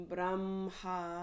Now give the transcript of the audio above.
Brahma